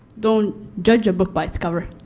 don't judge a book by its cover.